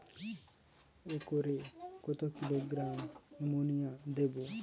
একরে কত kilogram ammonia দেবো?